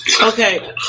Okay